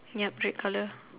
yup red colour